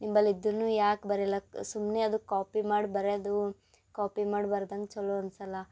ನಿಂಬಲ್ಲಿ ಇದ್ರೂ ಯಾಕೆ ಬರಿಲಕ್ಕೆ ಸುಮ್ಮನೆ ಅದು ಕಾಪಿ ಮಾಡಿ ಬರ್ಯೋದು ಕಾಪಿ ಮಾಡಿ ಬರ್ದಂಗೆ ಚಲೋ ಅನಿಸಲ್ಲ